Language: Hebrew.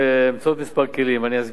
באמצעות כמה כלים, אני אסביר.